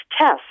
test